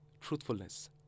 truthfulness